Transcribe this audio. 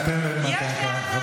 אף